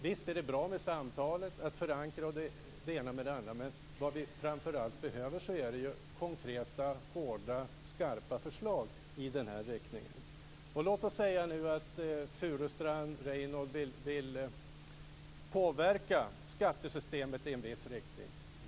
Visst är det bra med samtalen, att de förankras osv., men vad vi framför allt behöver är konkreta och skarpa förslag på detta område. Låt oss säga att Reynoldh Furustrand vill påverka skattesystemet i en viss riktning.